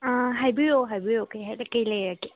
ꯑꯥ ꯍꯥꯏꯕꯤꯔꯛꯑꯣ ꯍꯥꯏꯕꯤꯔꯛꯑꯣ ꯀꯔꯤ ꯍꯥꯏꯒꯦ ꯀꯔꯤ ꯂꯩꯔꯒꯦ